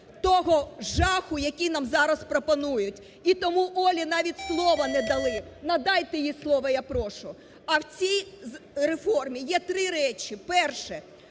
того жаху, який нам зараз пропонують! І тому Олі навіть слова не дали. Надайте їй слово, я прошу. А в цій реформі є три речі. Перше.